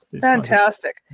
Fantastic